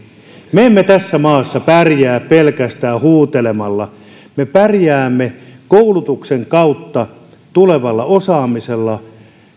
me emme tässä maassa pärjää pelkästään huutelemalla me pärjäämme koulutuksen kautta tulevalla osaamisella